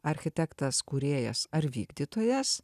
architektas kūrėjas ar vykdytojas